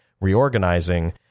reorganizing